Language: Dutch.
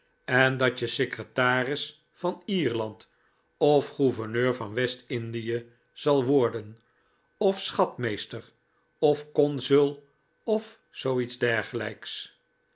en dat je secretaris van lerland of gouverneur van west-indie zal worden of schatmeester of consul of zoo iets dergelijks